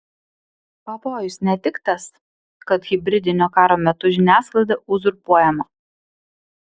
pavojus ne tik tas kad hibridinio karo metu žiniasklaida uzurpuojama